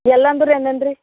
ಎಲ್ಲಿ ಅಂದರು ಏನೇನು ರೀ